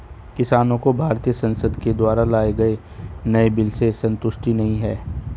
किसानों को भारतीय संसद के द्वारा लाए गए नए बिल से संतुष्टि नहीं है